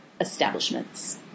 establishments